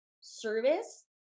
service